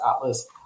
atlas